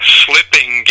slipping